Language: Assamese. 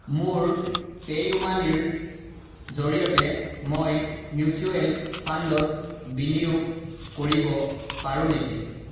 মোৰ পে'ইউ মানিৰ জৰিয়তে মই মিউচুৱেল ফাণ্ডত বিনিয়োগ কৰিব পাৰোঁ নেকি